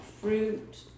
fruit